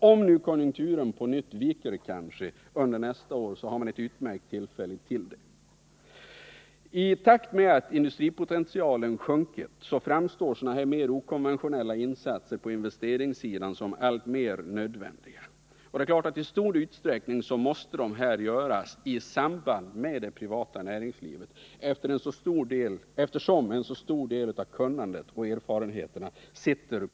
Om konjunkturen skulle vika nästa år, så har man alltså ett utmärkt tillfälle att göra det då. I takt med att vår industripotential sjunkit framstår mer okonventionella insatser på investeringssidan som alltmer nödvändiga. De livskraftiga statliga företagen måste förnyas snabbare, och de insatser jag talat om måste ske i samarbete med det privata näringslivet, där en så stor del av kunnandet och erfarenheterna finns.